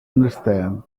understand